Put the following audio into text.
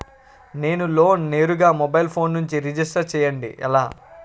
నేను లోన్ నేరుగా mobile phone నుంచి రిజిస్టర్ చేయండి ఎలా?